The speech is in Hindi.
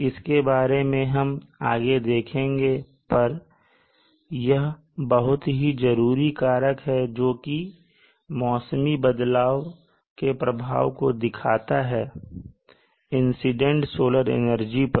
इसके बारे में हम आगे देखेंगे पर यह बहुत ही जरूरी कारक है जोकि मौसमी बदलाव के प्रभाव को दिखाता है इंसीडेंट सोलर एनर्जी पर